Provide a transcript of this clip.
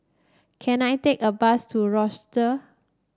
can I take a bus to roster